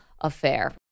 Affair